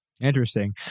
Interesting